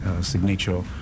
signature